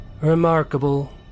Remarkable